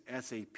SAP